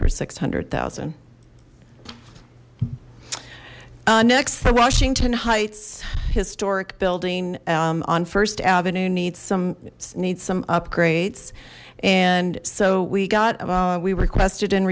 for six hundred thousand next the washington heights historic building on first avenue needs some needs some upgrades and so we got we requested